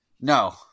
no